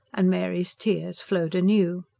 and mary's tears flowed anew.